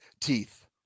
teeth